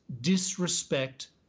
disrespect